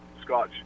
Scotch